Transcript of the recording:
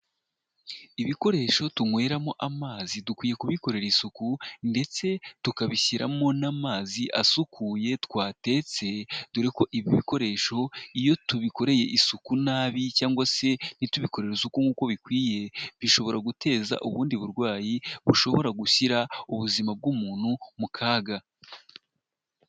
Ibikoresho tunyweramo amazi dukwiye kubikorera isuku ndetse tukabishyiramo n'amazi asukuye twatetse dore ko ibi bikoresho iyo tubikoreye isuku nabi cyangwa se ntitubikorere isuku nk'uko bikwiye bishobora guteza ubundi burwayi bushobora gushyira ubuzima bw'umuntu mu kaga.